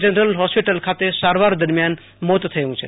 general hospital ખાતે સારવાર દરમિયાન મોત થયું છે